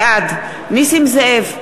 בעד נסים זאב,